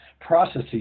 processes